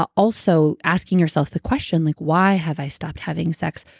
ah also, asking yourself the question, like why have i stopped having sex?